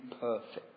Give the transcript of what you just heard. perfect